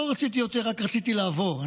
לא רציתי יותר, רק רציתי לעבור.